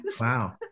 wow